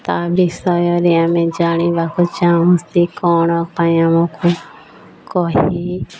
ତା' ବିଷୟରେ ଆମେ ଜାଣିବାକୁ ଚାହୁଁଛନ୍ତି କ'ଣ ପାଇଁ ଆମକୁ କହି